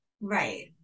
Right